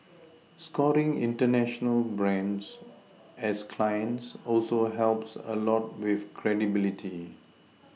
scoring international brands as clients also helps a lot with credibility